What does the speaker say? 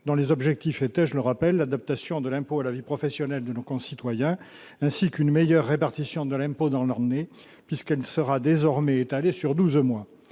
dans les objectifs était, je le rappelle, l'adaptation de l'impôt, la vie professionnelle de nos concitoyens, ainsi qu'une meilleure répartition de l'impôt dans leur nez puisqu'elle sera désormais étalé sur 12 mois,